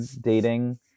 dating